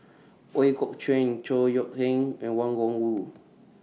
Ooi Kok Chuen Chor Yeok Eng and Wang Gungwu